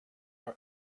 our